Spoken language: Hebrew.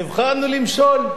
נבחרנו למשול.